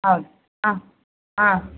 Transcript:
ಹೌದು ಹಾಂ ಹಾಂ